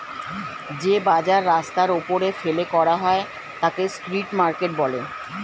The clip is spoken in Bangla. যে বাজার রাস্তার ওপরে ফেলে করা হয় তাকে স্ট্রিট মার্কেট বলে